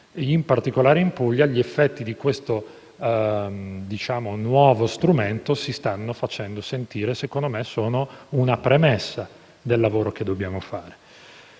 in particolare, in Puglia dimostrano che gli effetti di questo nuovo strumento si stanno facendo sentire e secondo me sono una premessa del lavoro che dobbiamo fare.